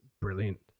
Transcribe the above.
brilliant